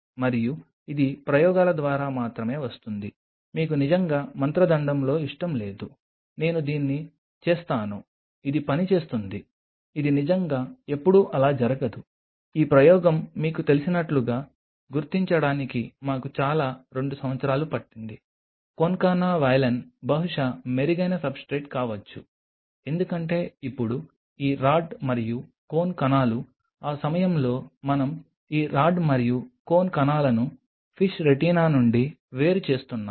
మరియు ఇది ప్రయోగాల ద్వారా మాత్రమే వస్తుంది మీకు నిజంగా మంత్రదండంలో ఇష్టం లేదు నేను దీన్ని చేస్తాను ఇది పని చేస్తుంది ఇది నిజంగా ఎప్పుడూ అలా జరగదు ఈ ప్రయోగం మీకు తెలిసినట్లుగా గుర్తించడానికి మాకు చాలా రెండు సంవత్సరాలు పట్టింది concana valine బహుశా మెరుగైన సబ్స్ట్రేట్ కావచ్చు ఎందుకంటే ఇప్పుడు ఈ రాడ్ మరియు కోన్ కణాలు ఆ సమయంలో మనం ఈ రాడ్ మరియు కోన్ కణాలను ఫిష్ రెటీనా నుండి వేరుచేస్తున్నాము